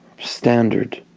standard